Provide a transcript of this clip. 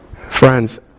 Friends